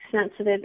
sensitive